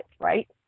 right